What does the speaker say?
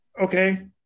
okay